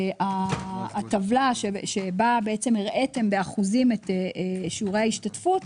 הטבלה, שבה הראיתם באחוזים את שיעורי ההשתתפות,